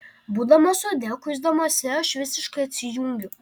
būdama sode kuisdamasi aš visiškai atsijungiu